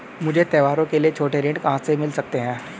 मुझे त्योहारों के लिए छोटे ऋण कहां से मिल सकते हैं?